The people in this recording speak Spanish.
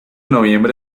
noviembre